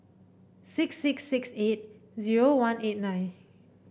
six six six eight zero one eight nine